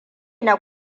na